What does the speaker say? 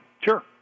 sure